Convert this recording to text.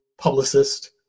publicist